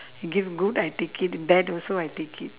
give good I take it bad also I take it